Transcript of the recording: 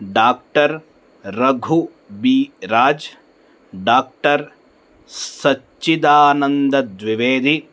doctor रघुः बि राजः डाक्टर् सच्चिदानन्दद्विवेदि